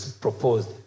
proposed